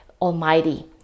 Almighty